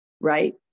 right